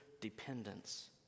dependence